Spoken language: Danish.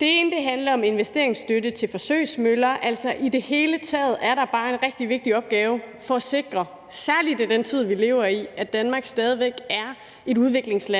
Det ene handler om investeringsstøtte til forsøgsmøller. Altså, i det hele taget er der bare en rigtig vigtig opgave i at sikre – særlig i den tid, vi lever i – at Danmark stadig væk er et